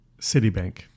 Citibank